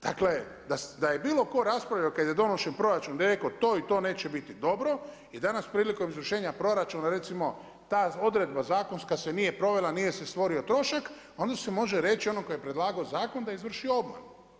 Dakle, da je bilo tko raspravljao kad je donošen proračun rekao to i to neće biti dobro i danas prilikom izvršenja proračuna, recimo ta odredba zakonska se nije provela, nije se stvorio trošak onda se može reći onom tko je predlagao zakon da izvrši obmanu.